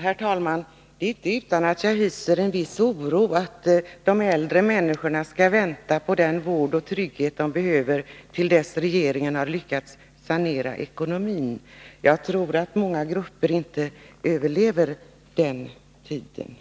Herr talman! Det är inte utan att jag hyser en viss oro för att de äldre människorna skall vänta på den vård och trygghet de behöver till dess att regeringen har lyckats sanera ekonomin. Jag tror att många grupper inte överlever den tiden.